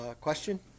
question